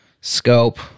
scope